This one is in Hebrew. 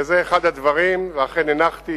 וזה אחד הדברים, ואכן הנחתי